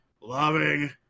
loving